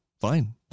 Fine